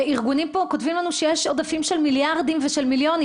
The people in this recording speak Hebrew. ארגונים פה כותבים לנו שיש עודפים של מיליארדים ושל מיליונים.